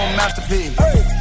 masterpiece